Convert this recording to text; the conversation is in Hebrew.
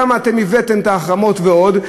כמה אתם הבאתם את ההחרמות ועוד,